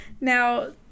Now